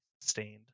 sustained